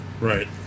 Right